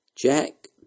Jack